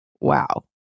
wow